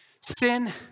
sin